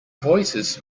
voices